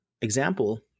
example